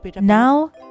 Now